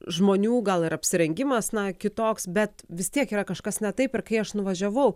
žmonių gal ir apsirengimas na kitoks bet vis tiek yra kažkas ne taip ir kai aš nuvažiavau